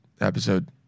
episode